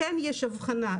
כן יש הבחנה,